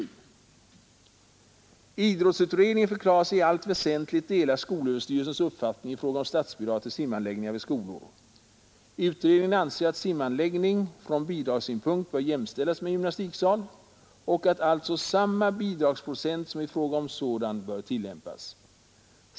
Idrottsutredningen förklarade sig i allt väsentligt dela skolöverstyrelsens uppfattning i fråga om statsbidrag till simanläggningar i skolor. Utredningen ansåg att simanläggning från bidragssynpunkt borde jämställas med gymnastiksal och att alltså samma bidragsprocent som i fråga om sådan borde tillämpas.